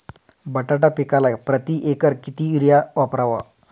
बटाटा पिकाला प्रती एकर किती युरिया वापरावा?